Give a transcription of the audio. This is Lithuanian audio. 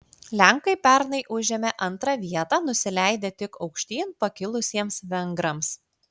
lenkai pernai užėmė antrą vietą nusileidę tik aukštyn pakilusiems vengrams